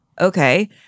Okay